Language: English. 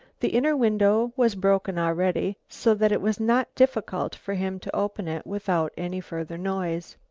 the inner window was broken already so that it was not difficult for him to open it without any further noise.